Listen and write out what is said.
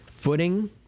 footing